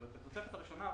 בתוספת הראשונה,